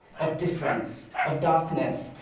of difference, of darkness,